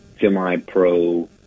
semi-pro